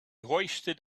hoisted